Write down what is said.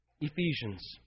Ephesians